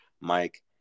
Mike